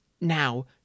Now